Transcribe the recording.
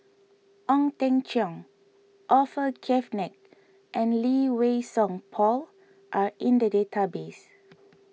Ong Teng Cheong Orfeur Cavenagh and Lee Wei Song Paul are in the database